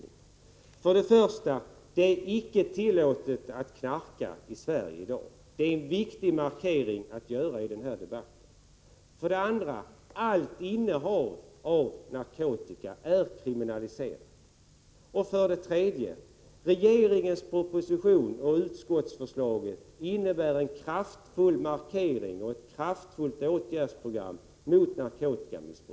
För det första: Det är icke tillåtet att knarka i Sverige i dag. Detta är en viktig markering att göra i den här debatten. För det andra: Allt innehav av narkotika är kriminaliserat. För det tredje: Regeringens proposition och utskottsförslaget innebär en kraftfull markering och ett kraftfullt åtgärdsprogram mot narkotikamissbruket.